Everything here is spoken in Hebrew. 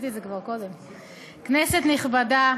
כנסת נכבדה,